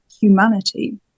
humanity